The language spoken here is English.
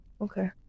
Okay